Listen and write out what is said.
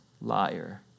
Liar